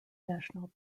national